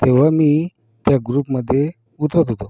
तेव्हा मी त्या ग्रुपमध्ये उतरत होतो